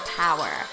power